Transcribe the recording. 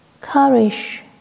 courage